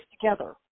together